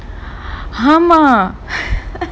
ஆமா:aamaa